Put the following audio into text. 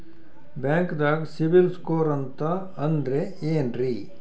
ಬ್ಯಾಂಕ್ದಾಗ ಸಿಬಿಲ್ ಸ್ಕೋರ್ ಅಂತ ಅಂದ್ರೆ ಏನ್ರೀ?